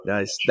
Nice